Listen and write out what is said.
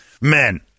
Men